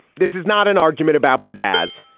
this is not an argument about pizzazz.